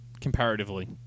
comparatively